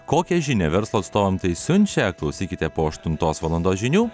kokią žinią verslo atstovam tai siunčia klausykite po aštuntos valandos žinių